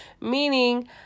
meaning